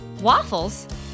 Waffles